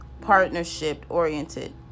partnership-oriented